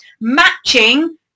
matching